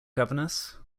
governess